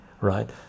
right